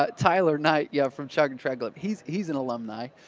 ah tyler knight yeah from shocker track club, he's he's an alumni.